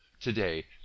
Today